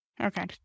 Okay